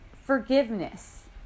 forgiveness